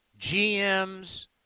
GMs